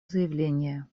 заявление